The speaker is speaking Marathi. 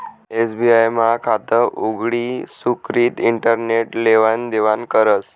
एस.बी.आय मा खातं उघडी सुकृती इंटरनेट लेवान देवानं करस